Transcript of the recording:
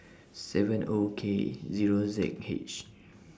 seven O K Zero Z H